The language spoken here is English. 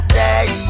day